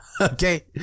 Okay